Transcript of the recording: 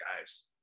guys